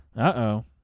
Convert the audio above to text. Uh-oh